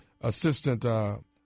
assistant